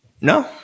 No